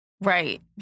Right